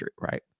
right